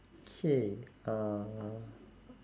K ah